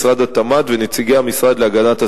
משרד התמ"ת ונציגי המשרד להגנת הסביבה.